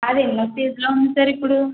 అది ఎన్నో స్టేజ్లో ఉంది సార్ ఇప్పుడు